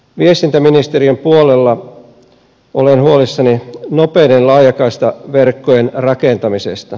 viestintäministeriön puolella olen huolissani nopeiden laajakaistaverkkojen rakentamisesta